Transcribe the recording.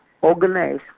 organize